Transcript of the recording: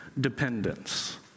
dependence